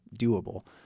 doable